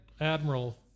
Admiral